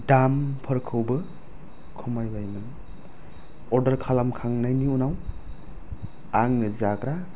दामफोरखौबो खमायबायमोन अर्दार खालामखांनायनि उनाव आङो जाग्रा